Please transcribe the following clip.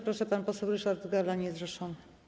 Proszę, pan poseł Ryszard Galla, niezrzeszony.